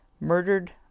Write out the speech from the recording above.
murdered